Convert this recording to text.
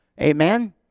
Amen